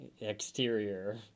exterior